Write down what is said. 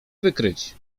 wykryć